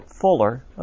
fuller